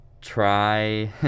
try